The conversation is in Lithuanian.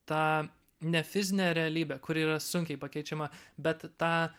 tą ne fizinę realybę kuri yra sunkiai pakeičiama bet tą